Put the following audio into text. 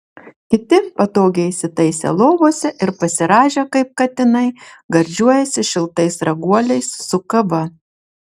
kiti patogiai įsitaisę lovose ir pasirąžę kaip katinai gardžiuojasi šiltais raguoliais su kava